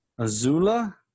Azula